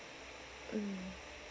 mm